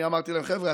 אני אמרתי להם: חבר'ה,